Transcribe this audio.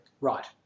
Right